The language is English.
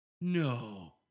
No